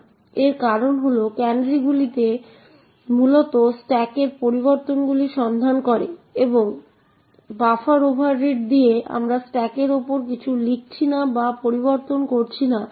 প্রথমে গ্লোবাল ভেরিয়েবলের ঠিকানা নিম্নোক্তভাবে নির্ধারণ করা যেতে পারে gdb px s যার মান 804a040